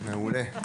מעולה.